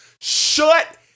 Shut